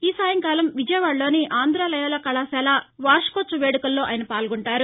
ఈ సాయంకాలం విజయవాడలోని ఆంధ్ర లయోలా కళాశాల వార్వికోత్సవ వేడుకల్లో ఆయన పాల్గొంటారు